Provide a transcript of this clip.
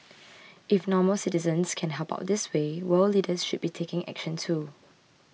if normal citizens can help out this way world leaders should be taking action too